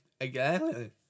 again